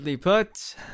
put